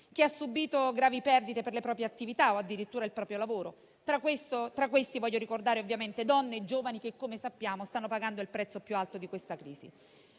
chi ha subito gravi perdite nelle proprie attività o addirittura il proprio lavoro. Tra questi, voglio ovviamente ricordare donne e giovani che - come sappiamo - stanno pagando il prezzo più alto della crisi.